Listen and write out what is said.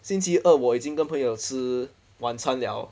星期二我已经跟朋友吃晚餐 liao